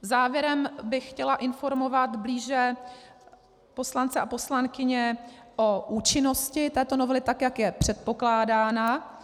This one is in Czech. Závěrem bych chtěla informovat blíže poslance a poslankyně o účinnosti této novely, tak jak je předpokládána.